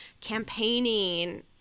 campaigning